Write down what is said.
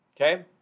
Okay